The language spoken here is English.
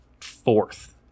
fourth